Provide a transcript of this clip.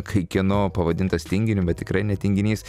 kai kieno pavadintas tinginiu bet tikrai ne tinginys